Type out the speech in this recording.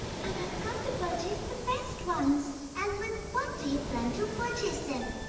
and have come to purchase the best ones. and with what do you plan to purchase them?